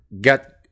get